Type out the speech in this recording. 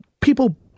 people